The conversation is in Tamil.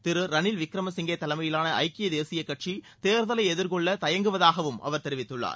திரு ரணில் விக்ரமசிங்கே தலைமையிலான ஐக்கியதேசிய கட்சி தேர்தலை எதிர்கொள்ள தயங்குவதாகவும் அவர் தெரிவித்துள்ளார்